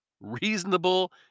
reasonable